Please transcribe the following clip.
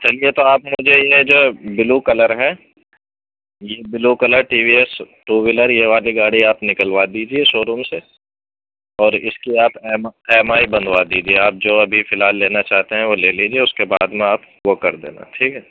چلیے تو آپ مجھے یہ جو بلو کلر ہے جی blue colour TVS two wheeler یہ والی گاڑی آپ نکلوا دیجیے شو روم سے اور اِس کی آپ ایم ایم آئی بنوا دیجیے آپ جو ابھی فی الحال لینا چاہتے ہیں وہ لے لیجیے اُس کے بعد میں آپ وہ کر دینا ٹھیک ہے